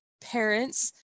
parents